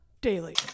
daily